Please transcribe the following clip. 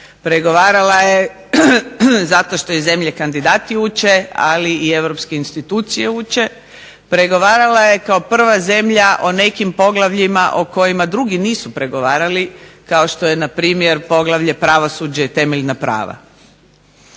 Pregovarala je zato što i zemlje kandidati uče, ali i europske institucije uče. Pregovarala je kao prva zemlja o nekim poglavljima o kojima drugi nisu pregovarali, kao što je npr. Poglavlje – Pravosuđe i temeljna prava.